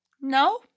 No